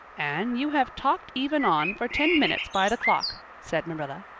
anne, you have talked even on for ten minutes by the clock, said marilla.